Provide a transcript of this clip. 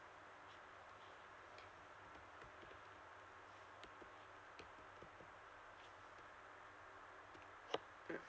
mm